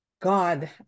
God